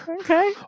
Okay